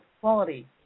quality